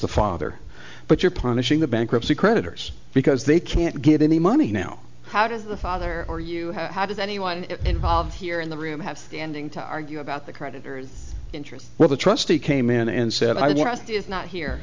the father but you're punishing the bankruptcy creditors because they can't get any money now how does the father or you how does anyone in here in the room have standing to argue about the creditors interest where the trustee came in and said i didn't ask is not here